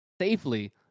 safely